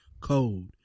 code